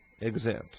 exempt